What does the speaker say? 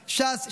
ש"ס,